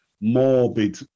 morbid